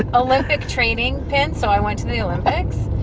ah olympic training pins, so i went to the olympics,